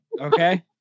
Okay